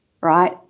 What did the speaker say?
right